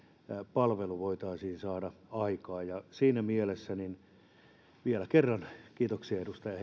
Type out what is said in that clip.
palvelu voitaisiin saada aikaan siinä mielessä vielä kerran kiitoksia edustaja